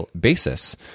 basis